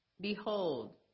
Behold